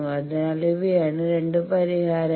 അതിനാൽ ഇവയാണ് 2 പരിഹാരങ്ങൾ